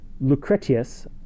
Lucretius